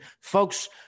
Folks